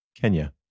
Kenya